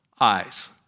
eyes